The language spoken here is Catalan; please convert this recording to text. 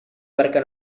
barca